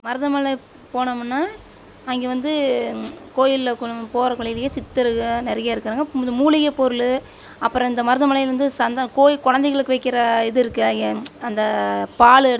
மருதமலைப் போனோமுன்னால் அங்கே வந்து கோயிலில் கொஞ்ச போகிறக்க வழியிலயே சித்தர்கள் நிறைய இருக்கிறாங்க இந்த மூலிகை பொருள் அப்புறம் இந்த மருத மலைலிருந்து சந்தனம் கோயில் குழந்தைங்களுக்கு வைக்கிற இது இருக்குது அந்த பால் எடுத்து